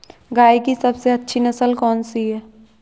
गाय की सबसे अच्छी नस्ल कौनसी है?